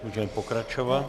Můžeme pokračovat.